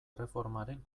erreformaren